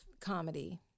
comedy